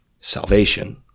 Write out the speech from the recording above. salvation